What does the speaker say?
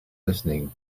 listening